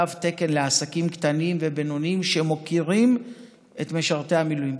תו תקן לעסקים קטנים ובינוניים שמוקירים את משרתי המילואים.